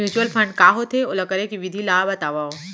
mutual fund का होथे, ओला करे के विधि ला बतावव